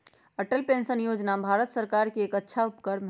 Atal pension योजना भारत सर्कार के अच्छा उपक्रम हई